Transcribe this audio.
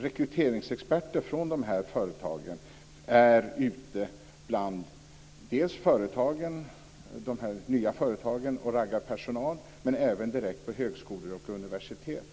Rekryteringsexperter från företag är ute bland de nya företagen och raggar personal, men även direkt på högskolor och universitet.